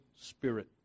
Spirit